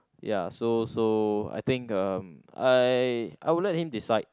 ya so so I think uh I I will let him decide